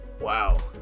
Wow